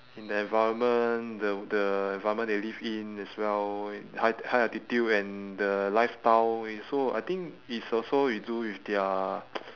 in the environment the the environment they live in as well high high altitude and the lifestyle is so I think it's also to do with their